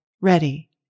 ready